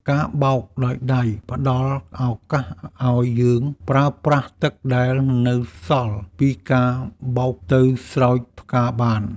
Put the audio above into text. ការបោកដោយដៃផ្តល់ឱកាសឱ្យយើងប្រើប្រាស់ទឹកដែលនៅសល់ពីការបោកទៅស្រោចផ្កាបាន។